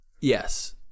Yes